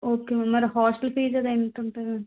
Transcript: okay madam మరి hostel fee అది ఎంత ఉంటుంది